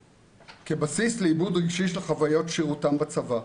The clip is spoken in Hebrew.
כבסיס לעיבוד רגשי של חוויות שירותם בצבא.